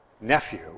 nephew